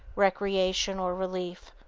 recreation or relief.